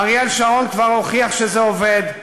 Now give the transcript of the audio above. אריאל שרון כבר הוכיח שזה עובד,